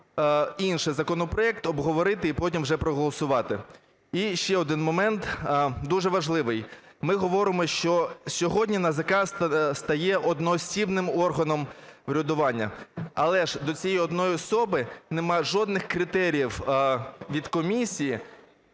інший законопроект, обговорити і потім вже проголосувати. І ще один момент дуже важливий. Ми говоримо, що сьогодні НАЗК стає одноосібним органом врядування. Але ж до цієї одної особи немає жодних критеріїв від комісії